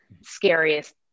scariest